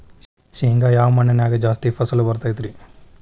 ಶೇಂಗಾ ಯಾವ ಮಣ್ಣಿನ್ಯಾಗ ಜಾಸ್ತಿ ಫಸಲು ಬರತೈತ್ರಿ?